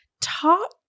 top